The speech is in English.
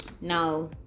Now